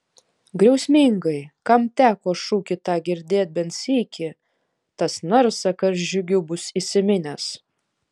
griausmingai kam teko šūkį tą girdėt bent sykį tas narsą karžygių bus įsiminęs